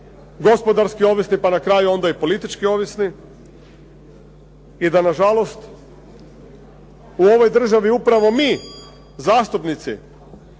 gospodarski ovisni, pa na kraju onda i politički ovisni i da na žalost u ovoj državni upravo mi zastupnici